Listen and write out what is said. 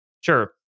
sure